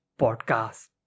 Podcast